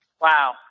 Wow